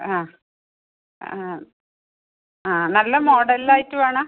ആ ആ ആ നല്ല മോഡലിൽ ആയിട്ട് വേണം